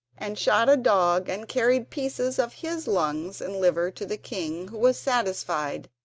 and shot a dog and carried pieces of his lungs and liver to the king, who was satisfied,